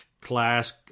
Class